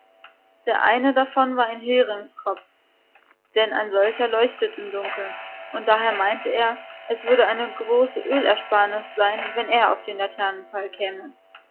der eine davon war ein heringskopf denn ein solcher leuchtet im dunkeln und daher meinte er es würde eine große ölersparnis sein wenn er auf den laternenpfahl käme